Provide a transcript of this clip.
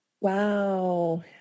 Wow